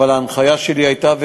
אבל ההנחיה שלי הייתה,